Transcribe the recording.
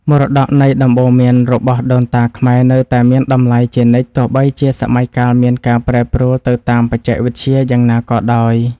មរតកនៃដំបូន្មានរបស់ដូនតាខ្មែរនៅតែមានតម្លៃជានិច្ចទោះបីជាសម័យកាលមានការប្រែប្រួលទៅតាមបច្ចេកវិទ្យាយ៉ាងណាក៏ដោយ។